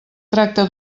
tracta